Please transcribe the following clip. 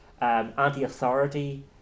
Anti-authority